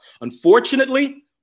Unfortunately